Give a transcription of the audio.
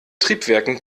triebwerken